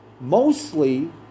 mostly